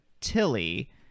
Tilly